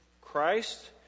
Christ